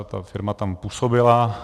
Ta firma tam působila.